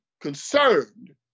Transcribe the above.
concerned